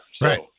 Right